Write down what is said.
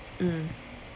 mm